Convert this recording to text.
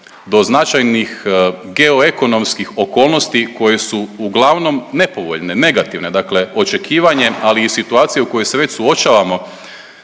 do značajnih geo ekonomskih okolnosti koje su uglavnom nepovoljne, negativne. Dakle, očekivanje, ali i situacija u kojoj se već suočavamo